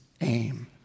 aim